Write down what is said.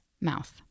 mouth